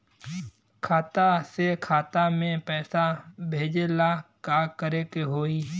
खाता से खाता मे पैसा भेजे ला का करे के होई?